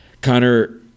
Connor